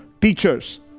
teachers